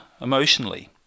emotionally